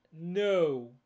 No